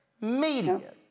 Media